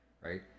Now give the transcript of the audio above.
right